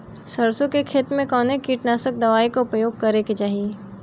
सरसों के खेत में कवने कीटनाशक दवाई क उपयोग करे के चाही?